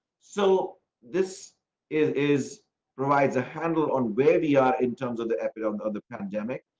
so this is provides a handle on very are in terms of the epilogue other pandemic,